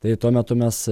tai tuo metu mes